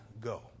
go